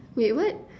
wait what